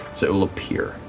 so it'll appear.